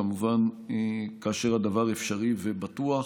כמובן כאשר הדבר אפשרי ובטוח.